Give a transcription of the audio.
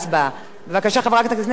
בבקשה, חברת הכנסת גלאון.